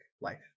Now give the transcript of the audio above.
life